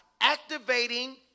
activating